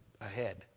ahead